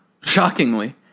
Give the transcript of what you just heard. shockingly